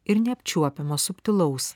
ir neapčiuopiamo subtilaus